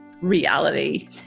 reality